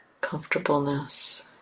comfortableness